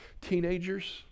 Teenagers